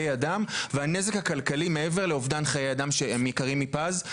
אדם והנזק הכלכלי מעבר לאובדן חיי אדם שהם יקרים מפז,